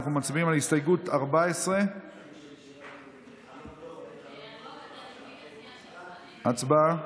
אנחנו מצביעים על הסתייגות 14. הצבעה.